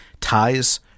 ties